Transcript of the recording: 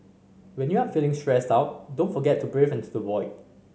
when you are feeling stressed out don't forget to breathe into the void